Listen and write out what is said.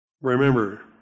remember